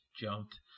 jumped